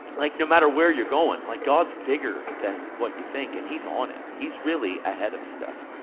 like no matter where you're going, like god's bigger than what you think. and he's on it. he's really ahead of stuff.